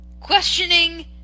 ...questioning